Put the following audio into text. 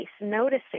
noticing